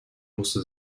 musste